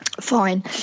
fine